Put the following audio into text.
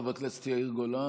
חבר הכנסת יאיר גולן,